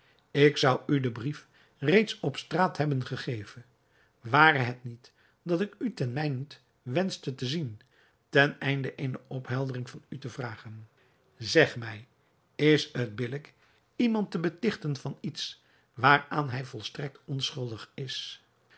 ik zou u den brief reeds op straat hebben gegeven ware het niet dat ik u ten mijnent wenschte te zien teneinde eene opheldering van u te vragen zeg mij is het billijk iemand te betichten van iets waaraan hij volstrekt onschuldig is